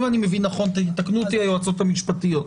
אני מבין נכון, תקנו אותי היועצות המשפטיות,